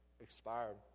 expired